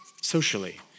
socially